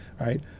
right